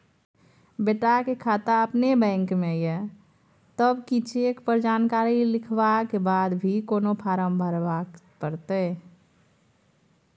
बेटा के खाता अपने बैंक में ये तब की चेक पर जानकारी लिखवा के बाद भी कोनो फारम भरबाक परतै?